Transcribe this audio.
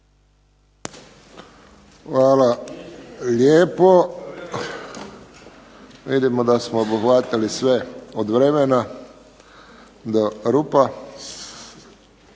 Hvala lijepo. Vidimo da smo obuhvatili sve od vremena do rupa